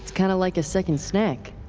kind of like a second snack.